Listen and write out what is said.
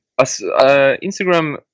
Instagram